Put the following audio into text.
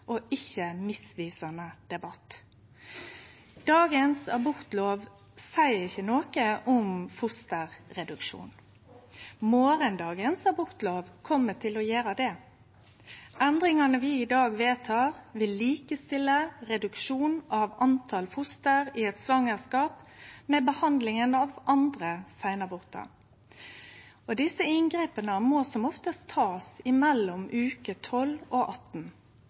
og ikkje ein misvisande debatt. Abortlova av i dag seier ikkje noko om fosterreduksjon. Abortlova av i morgon kjem til å gjere det. Endringane vi vedtek i dag, vil likestille reduksjon av talet på foster i eit svangerskap med behandlinga av andre seinabortar, og desse inngrepa må som oftast takast mellom veke 12 og18. Alle søknadar om abort etter uke